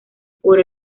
por